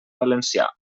valencià